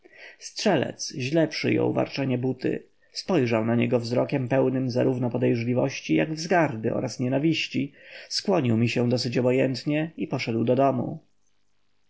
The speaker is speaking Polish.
strzelec źle przyjął warczenie buty spojrzał na niego wzrokiem pełnym zarówno podejrzliwości jak wzgardy oraz nienawiści skłonił mi się dosyć obojętnie i poszedł do domu